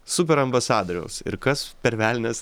super ambasadoriaus ir kas per velnias